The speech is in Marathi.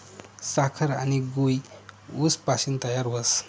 साखर आनी गूय ऊस पाशीन तयार व्हस